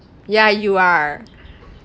ya you are